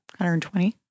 120